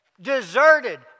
deserted